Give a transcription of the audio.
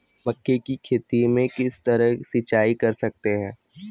मक्के की खेती में किस तरह सिंचाई कर सकते हैं?